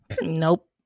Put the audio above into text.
Nope